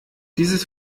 dieses